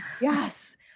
Yes